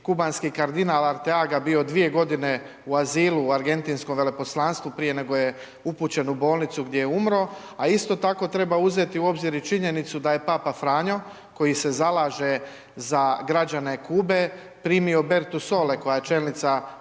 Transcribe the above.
kubanski kardinal Arteaga bio dvije godine u azilu u argentinskom veleposlanstvu prije nego je upućen u bolnicu gdje je umro, a isto tako treba uzeti u obzir i činjenicu da je papa Franjo koji se zalaže za građane Kube primio Bertusole koja je čelnica kubanskih